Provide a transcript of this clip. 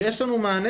יש לנו מענה.